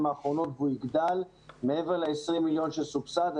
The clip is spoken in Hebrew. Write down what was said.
האחרונות והוא יגדל מעבר ל-20 מיליון שסובסד.